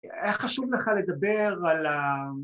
היה חשוב לך לדבר על ה...